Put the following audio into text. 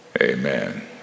amen